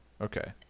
okay